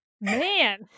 Man